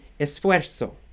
esfuerzo